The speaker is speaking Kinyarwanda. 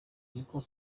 niko